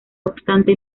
obstante